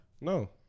No